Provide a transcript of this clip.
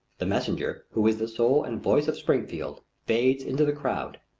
the messenger, who is the soul and voice of springfield, fades into the crowd,